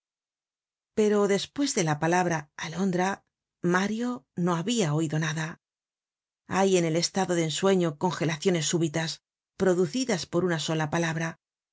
pero despues de la palabra alondra mario no habia oido nada hay en el estado de ensueño congelaciones súbitas producidas por una sola palabra